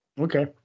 Okay